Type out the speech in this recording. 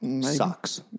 Sucks